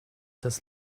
das